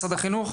משרד החינוך.